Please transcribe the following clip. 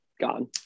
Gone